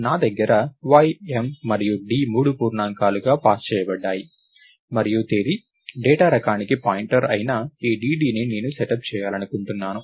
నా దగ్గర Y M మరియు D మూడు పూర్ణాంకాలుగా పాస్ చేయబడ్డాయి మరియు తేదీ డేటా రకానికి పాయింటర్ అయిన ఈ DDని నేను సెటప్ చేయాలనుకుంటున్నాను